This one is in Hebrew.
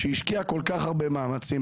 שהשקיע כל כך הרבה מאמצים.